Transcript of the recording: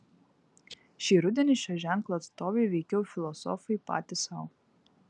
šį rudenį šio ženklo atstovai veikiau filosofai patys sau